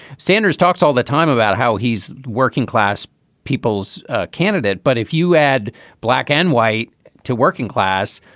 sanders talks all the time about how he's working class people's candidate. but if you add black and white to working class,